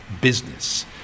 business